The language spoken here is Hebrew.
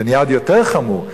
נהיה עוד יותר חמור,